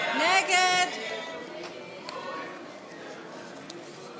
סעיף תקציבי 94,